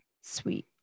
sweet